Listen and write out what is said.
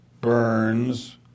Burns